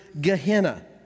Gehenna